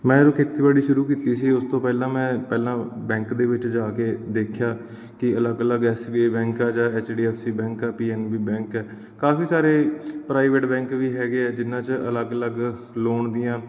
ਮੈਂ ਜਦੋਂ ਖੇਤੀਬਾੜੀ ਸ਼ੁਰੂ ਕੀਤੀ ਸੀ ਉਸ ਤੋਂ ਪਹਿਲਾਂ ਮੈਂ ਪਹਿਲਾਂ ਬੈਂਕ ਦੇ ਵਿੱਚ ਜਾ ਕੇ ਦੇਖਿਆ ਕਿ ਅਲੱਗ ਅਲੱਗ ਐਸ ਬੀ ਆਈ ਬੈਂਕ ਹੈ ਜਾਂ H D F C bank ਹੈ ਪੀ ਐਨ ਬੀ ਬੈਂਕ ਹੈ ਕਾਫੀ ਸਾਰੇ ਪ੍ਰਾਈਵੇਟ ਬੈਂਕ ਵੀ ਹੈਗੇ ਐ ਜਿਹਨਾਂ 'ਚ ਅਲੱਗ ਅਲੱਗ ਲੋਨ ਦੀਆਂ